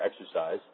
exercise